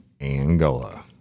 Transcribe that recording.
Angola